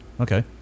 okay